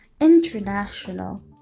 international